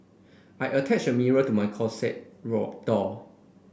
I attached a mirror to my closet raw door